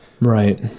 Right